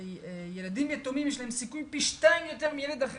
לילדים יתומים יש סיכוי פי שניים יותר מילד אחר